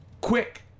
quick